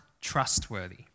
trustworthy